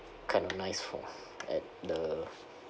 kind of nice for at the